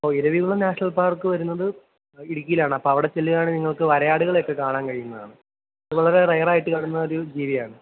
ഓ Eravikulam national park വരുന്നത് ഇടുക്കിയിലാണ് അപ്പം അവിടെച്ചെല്ലുവാണെങ്കിൽ നിങ്ങൾക്ക് വരയാടുകളെയൊക്കെ കാണാൻ കഴിയുന്നതാണ് അത് വളരെ റെയറായിട്ട് കാണുന്ന ഒരു ജീവിയാണ്